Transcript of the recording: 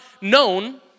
known